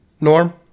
Norm